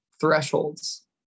thresholds